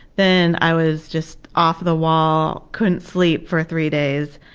then i was just off the wall, couldn't sleep for three days,